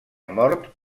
mort